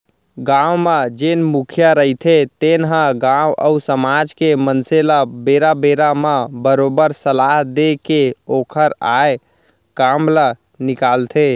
गाँव म जेन मुखिया रहिथे तेन ह गाँव अउ समाज के मनसे ल बेरा बेरा म बरोबर सलाह देय के ओखर आय काम ल निकालथे